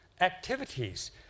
activities